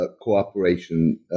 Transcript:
cooperation